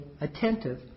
attentive